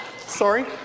Sorry